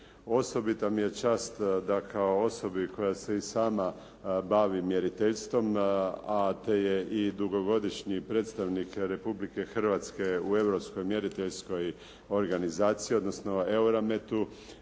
Osobita mi je čast da kao osobi koja se i sama bavi mjeriteljstvom te je i dugogodišnji predstavnik Republike Hrvatske u Europskoj mjeriteljskoj organizaciji odnosno EUROMET-u